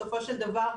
בסופו של דבר,